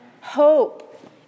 hope